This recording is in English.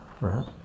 right